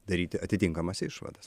daryti atitinkamas išvadas